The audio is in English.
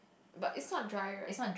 but it's not dry right